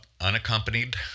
unaccompanied